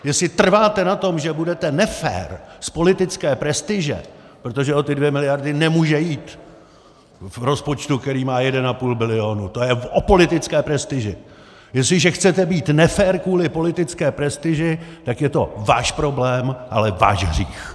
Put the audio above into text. Jestli trváte na tom, že budete nefér z politické prestiže protože o ty 2 miliardy nemůže jít v rozpočtu, který má 1,5 bilionu, to je o politické prestiži jestliže chcete být nefér kvůli politické prestiži, tak je to váš problém, ale i váš hřích.